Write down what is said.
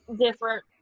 different